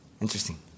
Interesting